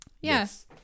yes